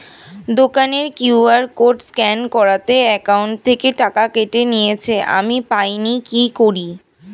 দোকানের QR code scan করাতে account থেকে টাকা কেটে নিয়েছে, আমি পাইনি কি করি?